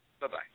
Bye-bye